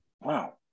Wow